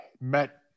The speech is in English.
met